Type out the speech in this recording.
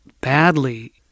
badly